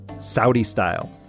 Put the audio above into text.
Saudi-style